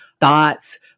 thoughts